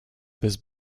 this